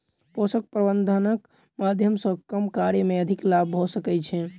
पोषक प्रबंधनक माध्यम सॅ कम कार्य मे अधिक लाभ भ सकै छै